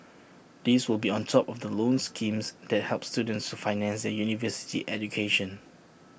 these will be on top of the loan schemes that help students to finance their university education